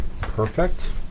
Perfect